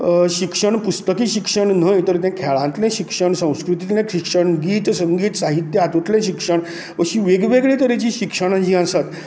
शिक्षण पुस्तकी शिक्षण न्हय तर तें खेळांतलें शिक्षण संस्कृतीतलें शिक्षण गीत संगीत साहित्य हातूतंले शिक्षण अशी वेग वेगळे तरेचीं शिक्षणां जी आसात